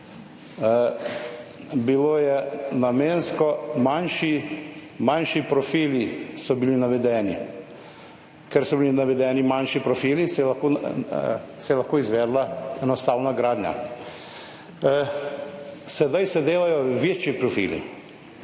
bilo je namensko. Manjši, manjši profili so bili navedeni. Ker so bili navedeni manjši profili, se je, se je lahko izvedla enostavna gradnja, sedaj se delajo večji profili